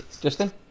Justin